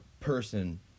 person